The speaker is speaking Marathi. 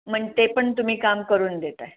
मन ते पण तुम्ही काम करून देताय